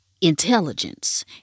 intelligence